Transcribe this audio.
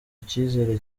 icyizere